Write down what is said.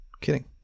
kidding